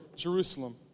Jerusalem